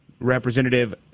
Representative